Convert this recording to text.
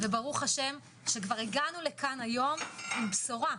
וברוך השם שכבר הגענו לכאן היום עם בשורה.